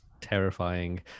terrifying